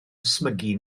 ysmygu